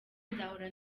nzahora